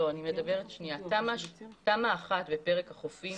תמ"א 1 בפרק החופים